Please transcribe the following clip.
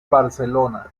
barcelona